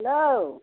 hello